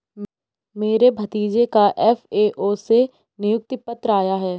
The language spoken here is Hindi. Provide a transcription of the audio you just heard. मेरे भतीजे का एफ.ए.ओ से नियुक्ति पत्र आया है